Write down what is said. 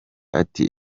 ati